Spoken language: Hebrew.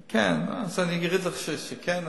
כן, אז אני, שכן.